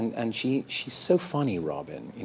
and she's she's so funny, robin.